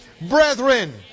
brethren